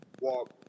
walk